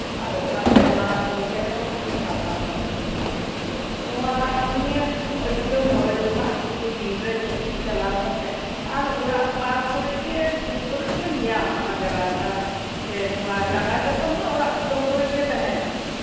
ᱚᱱᱟᱛᱮ ᱚᱱᱛᱮ ᱦᱚᱸ ᱠᱤᱱᱛᱩ ᱥᱟᱵᱫᱷᱟᱱ ᱛᱟᱸᱦᱮᱱ ᱫᱚᱨᱠᱟᱨ ᱠᱟᱱᱟ ᱱᱚᱣᱟ ᱱᱤᱭᱟᱹ ᱟᱹᱰᱤ ᱫᱚ ᱠᱷᱚᱨᱚᱪ ᱫᱚ ᱵᱟᱝ ᱥᱩᱫᱷᱩ ᱵᱤᱨ ᱨᱮ ᱠᱟᱹᱴᱤᱡ ᱪᱟᱞᱟᱣ ᱠᱟᱛᱮᱜ ᱟᱨ ᱚᱲᱟᱜ ᱥᱩᱨ ᱠᱚᱨᱮᱜ ᱜᱮᱢ ᱧᱟᱢᱢᱟ ᱵᱷᱮᱨᱮᱱᱰᱟ ᱥᱮ ᱰᱟᱝᱜᱟ ᱪᱟᱛᱚᱢ ᱢᱟ ᱚᱲᱟᱜ ᱠᱩᱰᱟᱹᱢ ᱠᱚᱨᱮᱜ ᱜᱮ ᱛᱟᱸᱦᱮᱱᱟ